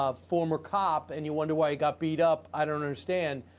ah former cop and you wonder why he got beat up, i don't understand.